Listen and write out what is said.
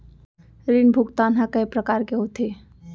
ऋण भुगतान ह कय प्रकार के होथे?